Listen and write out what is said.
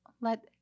let